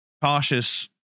cautious